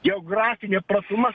geografinė platumą